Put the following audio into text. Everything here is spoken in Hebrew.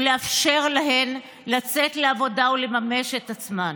ולאפשר להן לצאת לעבודה ולממש את עצמן.